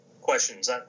questions